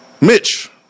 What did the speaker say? Mitch